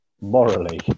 morally